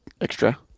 extra